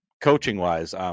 coaching-wise